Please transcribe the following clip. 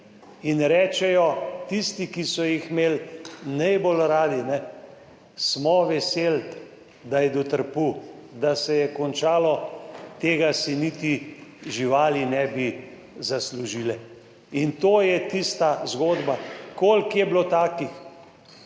so rekli tisti, ki so jih imeli najbolj radi, smo veseli, da je dotrpel, da se je končalo, tega si niti živali ne bi zaslužile. In to je tista zgodba. Koliko je bilo takih!